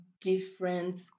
different